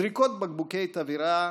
זריקות בקבוקי תבערה,